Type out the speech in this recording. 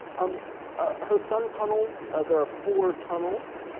um ah her sun tunnels, there are four tunnels.